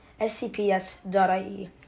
scps.ie